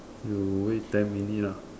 you wait ten minute ah